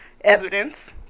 evidence